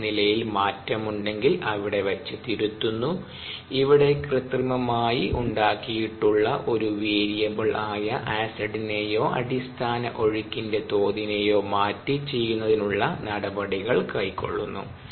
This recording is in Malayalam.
എച്ച് വിലയിൽ മാറ്റം ഉണ്ടെങ്കിൽ അവിടെ വച്ച് തിരുത്തുന്നു ഇവിടെ കൃത്രിമമായി ഉണ്ടാക്കിയിട്ടുള്ള ഒരു വേരിയബിൾ ആയ ആസിഡിനെയോ അടിസ്ഥാന ഒഴുക്കിൻറെ തോതിനേയോ മാറ്റി ചെയ്യുന്നതിനുള്ള നടപടികൾ കൈക്കൊള്ളുന്നു